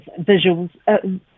visuals